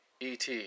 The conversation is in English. ET